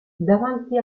davanti